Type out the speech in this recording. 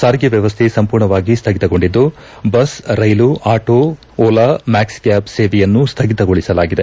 ಸಾರಿಗೆ ವ್ಯವಸ್ಥೆ ಸಂಪೂರ್ಣವಾಗಿ ಸ್ಥಗಿತಗೊಂಡಿದ್ದು ಬಸ್ ರೈಲು ಆಟೋ ಒಲಾ ಮಾಕ್ಸಿಕ್ಯಾಬ್ ಸೇವೆಯನ್ನು ಸ್ಥಗಿತಗೊಳಿಸಲಾಗಿದೆ